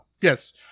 Yes